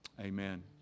Amen